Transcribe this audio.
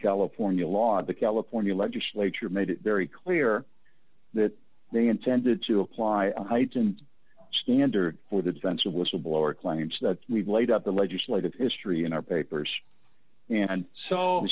california law the california legislature made it very clear that they intended to apply heightened standard for the defense of whistleblower claims that we've laid out the legislative history in our papers and so the